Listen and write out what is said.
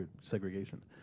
segregation